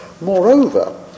Moreover